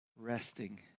resting